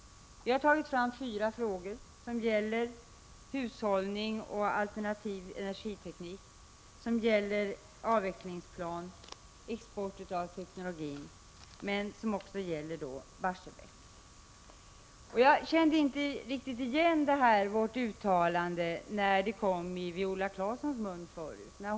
Vi har tagit fram fyra frågor som gäller hushållning med energi och alternativ energiteknik, avvecklingsplan, export av kärnteknologi och Barsebäck. Jag kände inte riktigt igen vårt uttalande när det kom ur Viola Claessons mun förut här.